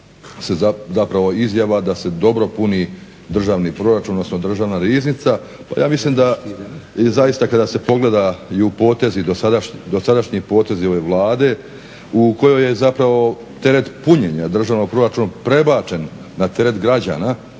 je zapravo izjava da se dobro puni državni proračun, odnosno državna riznica. Pa ja mislim da zaista kada se pogledaju potezi, dosadašnji potezi ove Vlade u kojoj je zapravo teret punjenja državnog proračuna prebačen na teret građana